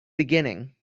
beginning